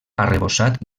arrebossat